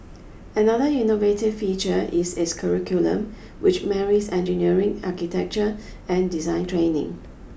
another innovative feature is its curriculum which marries engineering architecture and design training